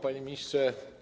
Panie Ministrze!